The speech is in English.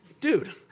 Dude